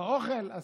האוכל.